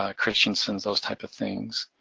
ah christiansons, those type of things.